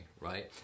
Right